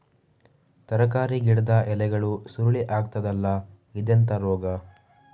ತರಕಾರಿ ಗಿಡದ ಎಲೆಗಳು ಸುರುಳಿ ಆಗ್ತದಲ್ಲ, ಇದೆಂತ ರೋಗ?